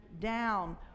down